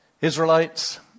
Israelites